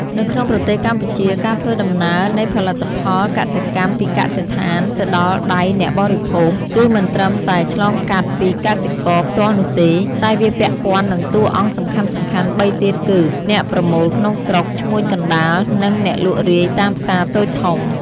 នៅក្នុងប្រទេសកម្ពុជា ការធ្វើដំណើរនៃផលិតផលកសិកម្មពីកសិដ្ឋានទៅដល់ដៃអ្នកបរិភោគ គឺមិនត្រឹមតែឆ្លងកាត់ពីកសិករផ្ទាល់នោះទេ តែវាពាក់ព័ន្ធនឹងតួអង្គសំខាន់ៗបីទៀតគឺ អ្នកប្រមូលក្នុងស្រុក ឈ្មួញកណ្តាល និង អ្នកលក់រាយតាមផ្សារតូចធំ។